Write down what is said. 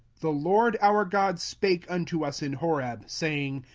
the lord our god spake unto us in horeb, saying,